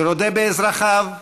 שרודה באזרחיו,